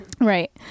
right